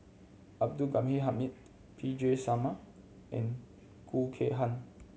Abdul Gami Hamid P J Sharma and Khoo Kay Hian